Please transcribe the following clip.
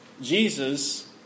Jesus